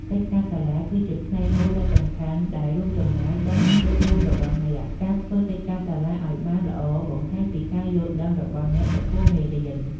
កិច្ចការសាលា គឺជាផ្នែកមួយដ៏សំខាន់ដែលរួមចំណែកដល់ពិន្ទុរួមរបស់អ្នក។ ការធ្វើកិច្ចការសាលាឱ្យបានល្អបង្ហាញពីការយល់ដឹងរបស់អ្នកចំពោះមេរៀន។